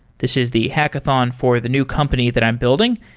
this is the hackathon for the new company that i'm building,